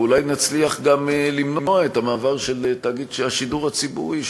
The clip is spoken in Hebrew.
ואולי נצליח גם למנוע את המעבר של תאגיד השידור הציבורי,